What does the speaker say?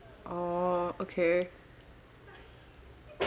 oh okay